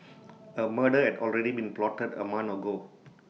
A murder had already been plotted A month ago